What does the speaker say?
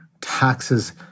taxes